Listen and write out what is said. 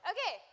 Okay